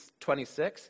26